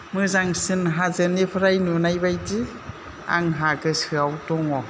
मोजांसिन हाजोनिफ्राय नुनाय बायदि आंहा गोसोआव दङ